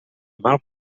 mal